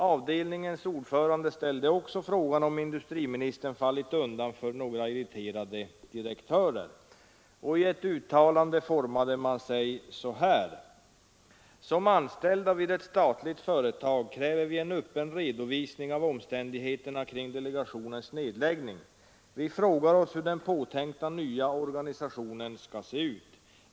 Avdelningens ordförande ställde också frågan om industriministern fallit undan för några irriterade direktörer, och i ett uttalande uttryckte man sig så här: ”Som anställda vid ett statligt företag kräver vi en öppen redovisning av omständigheterna kring delegationens nedläggning. Vi frågar oss hur den påtänkta nya organisationen ska se ut.